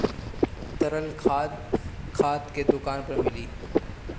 तरल खाद खाद के दुकान पर मिली